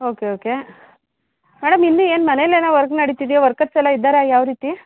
okay okay madam ಇನ್ನೂ ಏನು ಮನೆಲ್ಲೇನೋ ವರ್ಕ್ ನಡೀತಿದೆಯಾ ವರ್ಕರ್ಸ್ ಎಲ್ಲ ಇದ್ದಾರಾ ಯಾವ ರೀತಿ